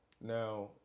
Now